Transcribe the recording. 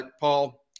Paul